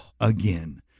again